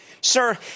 Sir